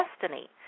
destiny